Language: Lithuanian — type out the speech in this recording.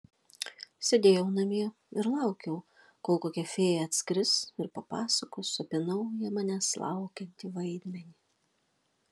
sėdėjau namie ir laukiau kol kokia fėja atskris ir papasakos apie naują manęs laukiantį vaidmenį